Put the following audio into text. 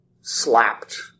slapped